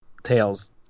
tails